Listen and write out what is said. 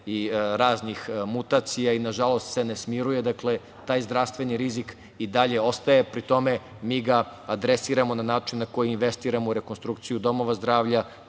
raznih mutacija, nažalost se i ne smiruje, dakle, taj zdravstveni rizik ostaje, pri tome mi ga adresiramo na način na koji investiramo u rekonstrukciju domova zdravlja,